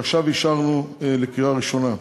שעכשיו אישרנו לקריאה ראשונה.